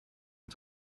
and